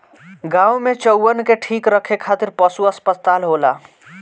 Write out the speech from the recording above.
गाँव में चउवन के ठीक रखे खातिर पशु अस्पताल होला